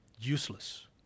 useless